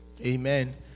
amen